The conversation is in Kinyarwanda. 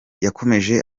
yakomeje